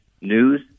news